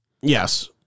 yes